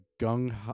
Gung